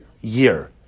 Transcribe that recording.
year